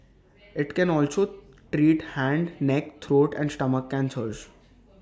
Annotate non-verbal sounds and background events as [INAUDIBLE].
[NOISE] IT can also treat Head neck throat and stomach cancers [NOISE]